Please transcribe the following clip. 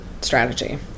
strategy